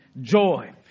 joy